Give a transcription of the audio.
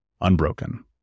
unbroken